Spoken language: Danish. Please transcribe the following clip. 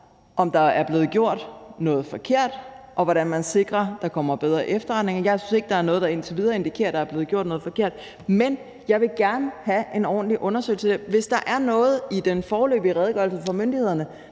om der er blevet gjort noget forkert, og hvordan man sikrer, at der kommer bedre efterretninger. Jeg synes ikke, der er noget, der indtil videre indikerer, at der er blevet gjort noget forkert, men jeg vil gerne have en ordentlig undersøgelse. Hvis der er noget i den foreløbige redegørelse fra myndighederne,